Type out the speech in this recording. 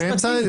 הוא באמצע,